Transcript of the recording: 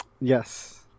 yes